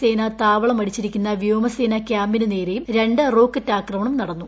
സേന താവളമടിച്ചിരിക്കുന്ന വ്യോമസേന കൃാമ്പിനു നേരെയും രണ്ട് റോക്കറ്റാക്രമണം നടന്നു